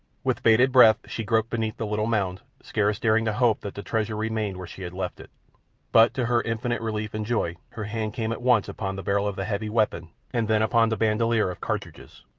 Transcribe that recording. with bated breath she groped beneath the little mound, scarce daring to hope that the treasure remained where she had left it but, to her infinite relief and joy, her hand came at once upon the barrel of the heavy weapon and then upon the bandoleer of cartridges.